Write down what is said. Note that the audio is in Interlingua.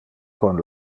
con